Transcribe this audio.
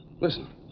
Listen